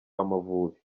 amavubi